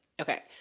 Okay